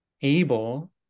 able